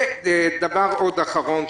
דבר אחרון,